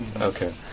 Okay